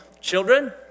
Children